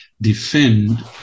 defend